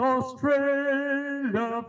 Australia